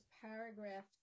paragraph